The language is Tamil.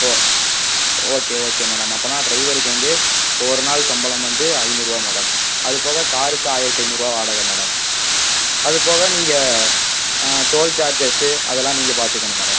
ஓ ஓகே ஓகே மேடம் அப்படினா டிரைவருக்கு வந்து ஒரு நாள் சம்பளம் வந்து ஐந்நூறுபா மேடம் அது போக காருக்கு ஆயிரத்தி ஐந்நூறுபா வாடகை மேடம் அது போக நீங்கள் டோல் சார்ஜஸு அதெல்லாம் நீங்கள் பார்த்துக்கணும் மேடம்